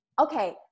okay